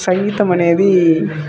సంగీతం అనేది